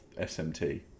SMT